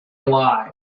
alive